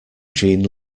jeanne